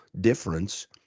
difference